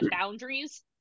boundaries